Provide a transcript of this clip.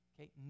Okay